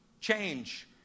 change